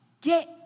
Get